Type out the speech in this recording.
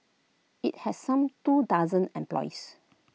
IT has some two dozen employees